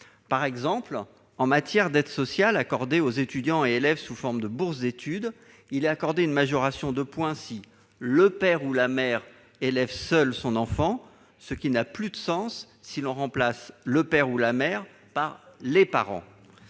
Ainsi, en matière d'aide sociale accordée aux étudiants et élèves sous forme de bourse d'études, il est accordé une majoration de points si « le père ou la mère » élève seul son enfant. La formulation n'a plus de sens si l'on remplace cette mention par « les parents